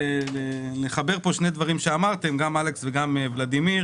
חבר הכנסת ולדימיר